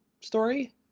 story